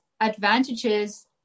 advantages